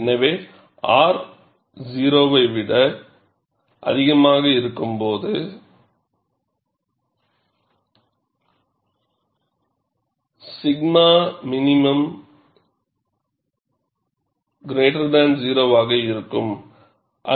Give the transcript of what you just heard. எனவே R 0 ஐ விட அதிகமாக இருக்கும்போது 𝛔min 0 ஆக இருக்கும்